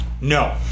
No